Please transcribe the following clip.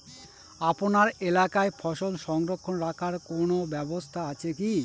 আপনার এলাকায় ফসল সংরক্ষণ রাখার কোন ব্যাবস্থা আছে কি?